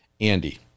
Andy